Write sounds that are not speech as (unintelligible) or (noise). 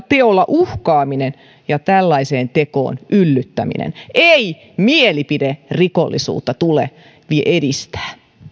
(unintelligible) teolla uhkaaminen ja tällaiseen tekoon yllyttäminen ei mielipiderikollisuutta tule edistää